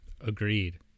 Agreed